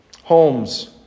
Holmes